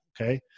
Okay